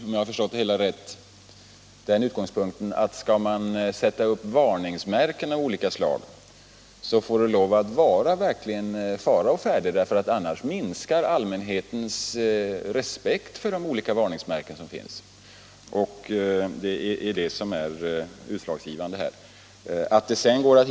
Om jag förstått det hela rätt har man där den utgångspunkten att om man skall sätta upp varningsmärken av något slag, då får det verkligen lov att vara fara å färde, därför att annars minskar allmänhetens respekt för de olika varningsmärken som finns. Det är detta som varit utslagsgivande vid den bedömning som gjorts.